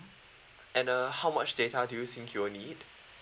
and uh how much data do you think you will need